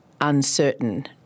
uncertain